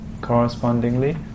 correspondingly